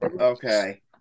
Okay